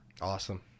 awesome